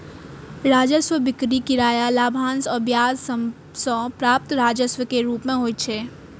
राजस्व बिक्री, किराया, लाभांश आ ब्याज सं प्राप्त राजस्व के रूप मे होइ छै